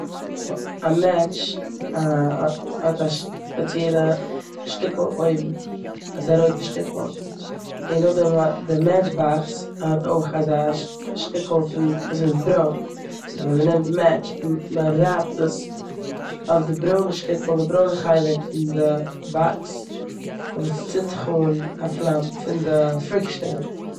ע- א מעטש א- האט א ספעציעלע שטיקל אויבן, אזא רויטע שטיקל, און נאכדעם האט- די מעטש באקס האט אויך אזא שטיקל פון- וואס איז ברוין. סאו ווען מ'נעמט די מעטש און מ'רייבט עס אויף די ברוינע שטיקל, די ברוינע חלק פון די באקס, דעמאלטס צינדט זיך אן א פלאם פון די פריקשין.